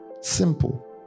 simple